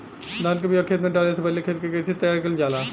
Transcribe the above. धान के बिया खेत में डाले से पहले खेत के कइसे तैयार कइल जाला?